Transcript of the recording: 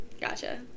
Gotcha